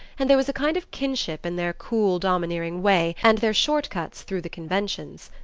and there was a kind of kinship in their cool domineering way and their short-cuts through the conventions.